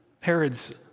Herod's